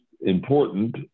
important